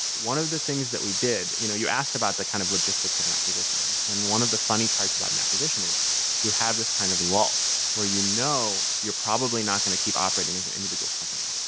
one of the things that we did you know you asked about the kind of logistics of an acquisition, and and one of the funny parts about an acquisition is you have this kind of lull where you know you're probably not going to keep operating as an individual company,